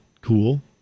cool